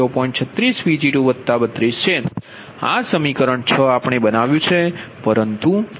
36Pg232 છે આ સમીકરણ 6 આપણે બનાવ્યુ છે